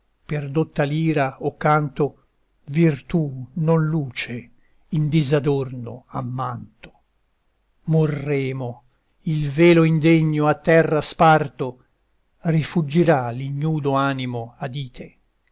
per dotta lira o canto virtù non luce in disadorno ammanto morremo il velo indegno a terra sparto rifuggirà l'ignudo animo a dite